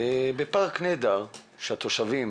בפארק נהדר שהתושבים,